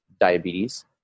diabetes